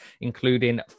including